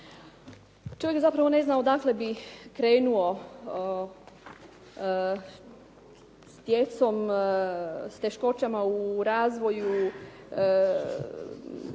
Čovjek zapravo ne zna odakle bi krenuo, s djecom, s teškoćama u razvoju,